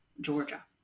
Georgia